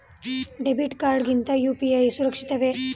Debit card ಗಿಂತ UPI ಸುರಕ್ಷಿತವೇ?